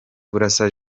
burasa